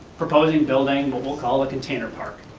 proposing building, what we'll call a container park.